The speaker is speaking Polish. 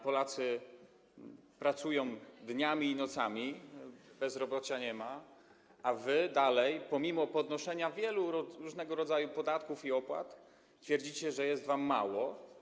Polacy pracują dniami i nocami, bezrobocia nie ma, a wy dalej pomimo podnoszenia wielu różnego rodzaju podatków i opłat twierdzicie, że jest wam mało.